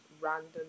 Random